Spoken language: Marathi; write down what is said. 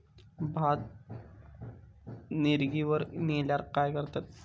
भात गिर्निवर नेल्यार काय करतत?